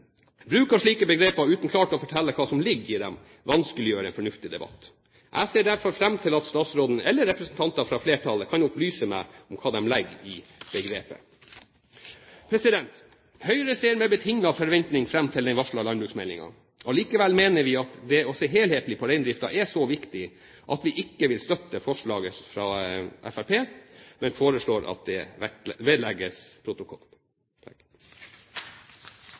Bruk av slike begreper uten klart å fortelle hva som ligger i dem, vanskeliggjør en fornuftig debatt. Jeg ser derfor fram til at statsråden, eller representanter for flertallet, kan opplyse meg om hva de legger i begrepet. Høyre ser med betinget forventning fram til den varslede landbruksmeldingen. Allikevel mener vi at det å se helhetlig på reindriften er så viktig at vi ikke vil støtte forslaget fra Fremskrittspartiet, men foreslår at det vedlegges protokollen.